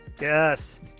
Yes